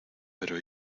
pero